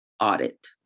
audit